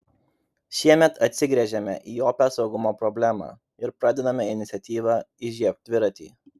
šiemet atsigręžėme į opią saugumo problemą ir pradedame iniciatyvą įžiebk dviratį